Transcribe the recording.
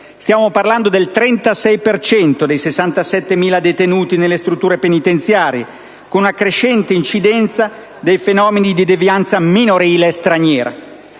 Stiamo parlando del 36 per cento dei 67.000 detenuti nelle strutture penitenziarie, con una crescente incidenza dei fenomeni di devianza minorile straniera.